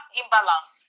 imbalance